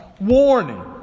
warning